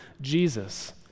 Jesus